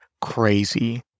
crazy